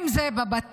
אם זה בבתים,